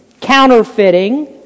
counterfeiting